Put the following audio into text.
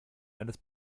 eines